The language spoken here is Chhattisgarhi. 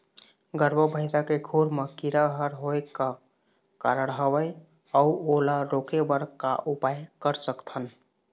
गरवा भैंसा के खुर मा कीरा हर होय का कारण हवए अऊ ओला रोके बर का उपाय कर सकथन?